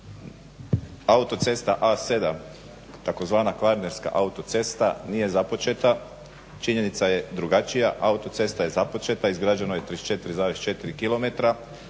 autocesta A-7 tzv. kvarnerska autocesta nije započeta. Činjenica je drugačija. Autocesta je započeta. Izgrađeno je 34,4